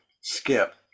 skip